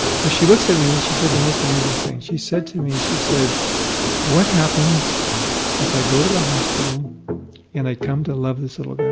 so looks at me and she said the most amazing thing. she said to me, she said what happens if i go to the hospital and i come to love this little guy?